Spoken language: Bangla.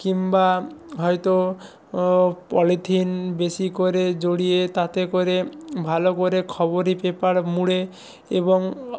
কিংবা হয়তো ও পলিথিন বেশি করে জড়িয়ে তাতে করে ভালো করে খবরে পেপার মুড়ে এবং